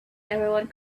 everyone